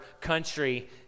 country